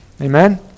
Amen